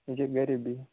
ییٚکیاہ گَرے بیٚہِت